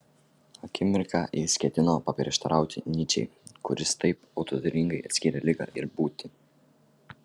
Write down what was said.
akimirką jis ketino paprieštarauti nyčei kuris taip autoritetingai atskyrė ligą ir būtį